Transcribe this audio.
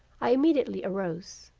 i immediately arose.